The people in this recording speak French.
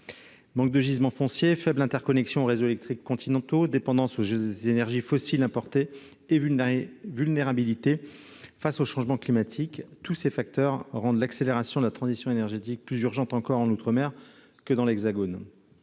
manque de gisement foncier faible interconnexion au réseau électrique continentaux dépendance au jeu des énergies fossiles importés et une vulnérabilité face au changement climatique, tous ces facteurs rendent l'accélération de la transition énergétique plus urgente encore en outre-mer que dans l'Hexagone,